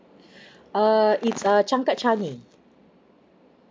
err it's uh changkat changi